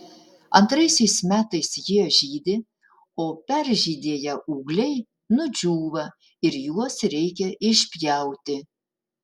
antraisiais metais jie žydi o peržydėję ūgliai nudžiūva ir juos reikia išpjauti